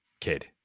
kid